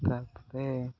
ତା'ପରେ